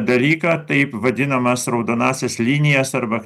dalyką taip vadinamas raudonąsias linijas arba